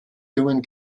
jungen